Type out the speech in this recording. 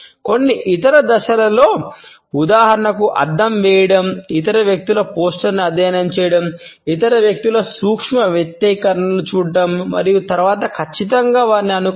కొన్ని ఇతర దశలలో ఉదాహరణకు అద్దం వేయడం ఇతర వ్యక్తుల పోస్టర్ను అధ్యయనం చేయడం ఇతర వ్యక్తుల సూక్ష్మ వ్యక్తీకరణలను చూడటం మరియు తరువాత ఖచ్చితంగా వారిని అనుకరించడం